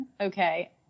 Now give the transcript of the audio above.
Okay